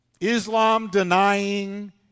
Islam-denying